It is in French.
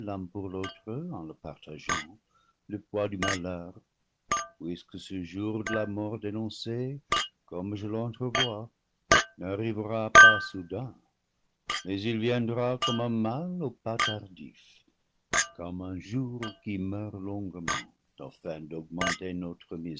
pour l'autre en le par tageant le poids du malheur puisque ce jour de la mort dé noncée comme je l'entrevois n'arrivera pas soudain mais il viendra comme un mal au pas tardif comme un jour qui meurt longuement afin d'augmenter noire